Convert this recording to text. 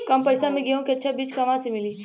कम पैसा में गेहूं के अच्छा बिज कहवा से ली?